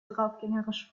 draufgängerisch